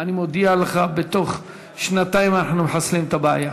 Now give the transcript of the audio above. אני מודיע לך, בתוך שנתיים אנחנו מחסלים את הבעיה.